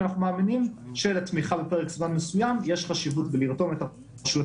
אנחנו מאמינים שלתמיכה לפרק זמן מסוים יש חשיבות בלרתום את הרשויות